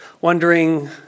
wondering